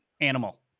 animal